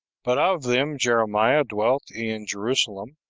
but of them jeremiah dwelt in jerusalem,